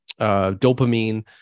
dopamine